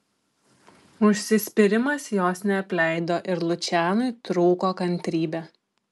užsispyrimas jos neapleido ir lučianui trūko kantrybė